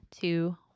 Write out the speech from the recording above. two